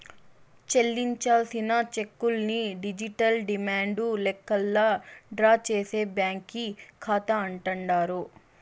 చెల్లించాల్సిన చెక్కుల్ని digital demand లెక్కల్లా డ్రా చేసే బ్యాంకీ కాతా అంటాండారు